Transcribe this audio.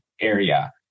area